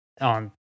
on